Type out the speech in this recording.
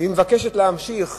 והיא מבקשת להמשיך,